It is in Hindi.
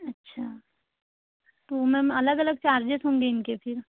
अच्छा तो मेम अलग अलग चार्जेज होंगे इनके फिर